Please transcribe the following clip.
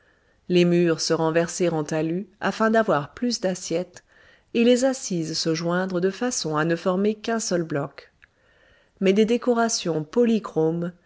les murs se renverser en talus afin d'avoir plus d'assiette et les assises se joindre de façon à ne former qu'un seul bloc mais des décorations polychromes